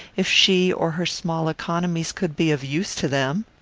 if she or her small economies could be of use to them!